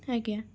ଆଜ୍ଞା